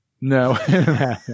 no